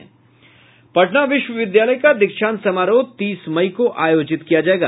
पटना विश्वविद्यालय का दीक्षांत समारोह तीस मई को आयोजित किया जायेगा